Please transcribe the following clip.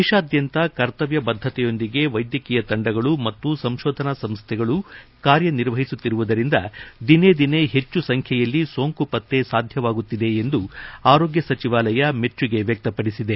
ದೇಶಾದ್ಯಂತ ಕರ್ತವ್ದ ಬದ್ದತೆಯೊಂದಿಗೆ ವೈದ್ಯಕೀಯ ತಂಡಗಳು ಮತ್ತು ಸಂಶೋಧನಾ ಸಂಸ್ಥೆಗಳು ಕಾರ್ಯ ನಿರ್ವಹಿಸುತ್ತಿರುವುದರಿಂದ ದಿನೇ ದಿನೇ ಹೆಚ್ಚು ಸಂಖ್ಯೆಯಲ್ಲಿ ಸೋಂಕು ಪತ್ತೆ ಸಾಧ್ಯವಾಗುತ್ತಿದೆ ಎಂದು ಆರೋಗ್ಯ ಸಚಿವಾಲಯ ಮೆಚ್ಚುಗೆ ವ್ಯಕ್ತಪಡಿಸಿದೆ